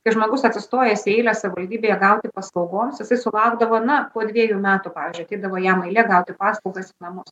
kai žmogus atsistojęs į eilę savivaldybėje gauti paslaugoms jisai sulaukdavo na po dviejų metų pavyzdžiui ateidavo jam eilė gauti paslaugas į namus